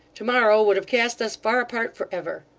to-morrow would have cast us far apart for ever